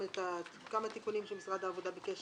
כמה תיקונים שמשרד העבודה ביקש